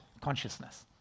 consciousness